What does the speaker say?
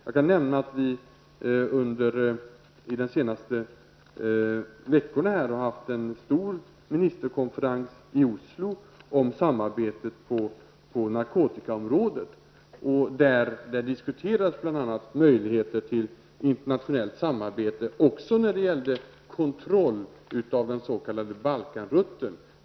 Jag kan nämna att vi under de senaste veckorna har haft en stor ministerkonferens i Oslo om samarbetet på narkotikaområdet, där möjligheterna till internationellt samarbete diskuterades bl.a. för kontroll av den s.k. Balkanrutten.